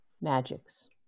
magics